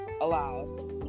allowed